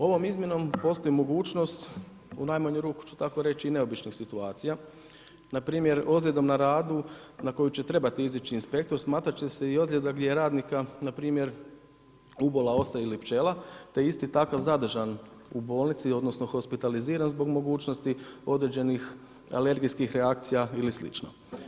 Ovom izmjenom postoji mogućnost u najmanju ruku ću tako reći neobičnih situacija, npr. ozljedom na radu na koju će trebati izići inspektor smatrat će se i ozljeda gdje je radnika npr. ubola osa ili pčela te je isti takav zadržan u bolnici odnosno hospitaliziran zbog mogućnosti određenih alergijskih reakcija ili slično.